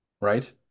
right